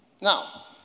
Now